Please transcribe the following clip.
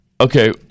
Okay